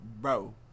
bro